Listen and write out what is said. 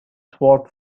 spot